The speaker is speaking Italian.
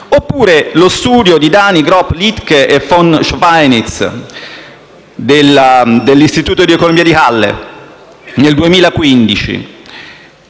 ricordo lo studio di Dany, Gropp, Littke e von Schweinitz dell'Istituto di economia di Halle del 2015.